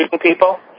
people